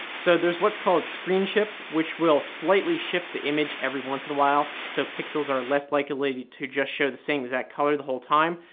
so there's what's called screen shift which will slightly shift the image every once and while so pixels are less like likely to just show the same exact color the whole time.